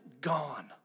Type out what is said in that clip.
gone